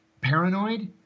paranoid